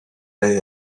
day